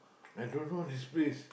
I don't know this place